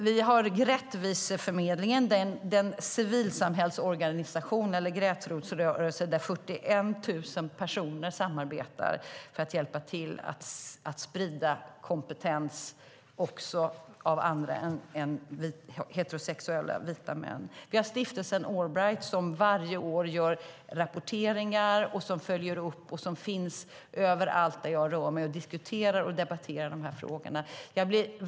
Vi har Rättviseförmedlingen, den civilsamhällesorganisation eller gräsrotsrörelse där 41 000 personer samarbetar för att hjälpa till att sprida kompetens också från andra än heterosexuella, vita män. Vi har stiftelsen Allbright, som varje år gör rapporteringar, följer upp och finns överallt där jag rör mig. De diskuterar och debatterar de här frågorna.